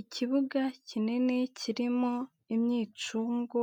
Ikibuga kinini kirimo imyicungo